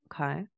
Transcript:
okay